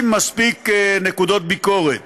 עם מספיק נקודות ביקורת